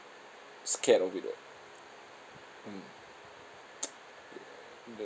scared of it [what] mm